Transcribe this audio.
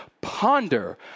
ponder